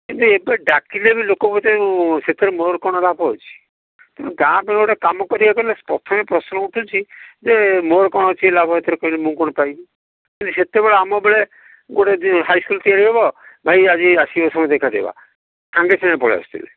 ହେଲେ ଏବେ ଡାକିଲେ ଲୋକମାନେ ସେଭଳି ଲାଭ ଅଛି କିନ୍ତୁ ଗାଁ ମେଳରେ କାମ କରିବାକୁ ହେଲେ ପ୍ରଥମେ ପ୍ରଶ୍ନ ଉଠୁଛି ଯେ ମୋର କ'ଣ ଅଛି ଲାଭ ଏଥିରେ କହିଲେ ମୁଁ କ'ଣ ପାଇବି ହେଲେ ସେତେବେଳେ ଆମ ବେଳେ ଗୋଟେ ଯିଏ ହାଇ ସ୍କୁଲ ତିଆରି ହେବ ଭାଇ ଆଜି ଆସିବେ ସବୁ ଦେଖା କରିବା ସାଙ୍ଗେ ସାଙ୍ଗେ ପଳାଇ ଆସିବେ